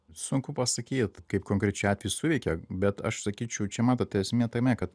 sunku pasakyt kaip konkrečiu atveju suveikia bet aš sakyčiau čia matot esmė tame kad